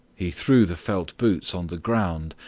he threw the felt boots on the ground,